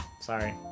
Sorry